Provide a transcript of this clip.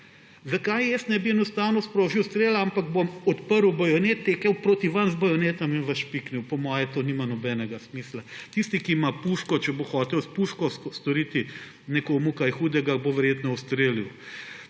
Zakaj jaz ne bi enostavno sprožil strela, ampak bom odprl bajonet, tekel proti vam z bajonetom in vas špiknil. Po mojem to nima nobenega smisla. Tisti, ki ima puško, če bo hotel s puško storiti nekomu kaj hudega, bo verjetno ustrelil.